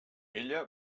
ella